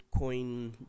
Bitcoin